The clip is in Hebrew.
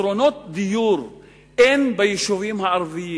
פתרונות דיור אין ביישובים הערביים.